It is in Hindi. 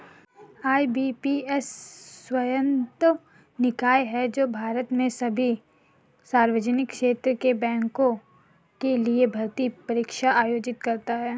आई.बी.पी.एस स्वायत्त निकाय है जो भारत में सभी सार्वजनिक क्षेत्र के बैंकों के लिए भर्ती परीक्षा आयोजित करता है